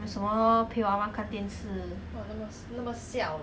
还有什么 lor 陪娃娃看电视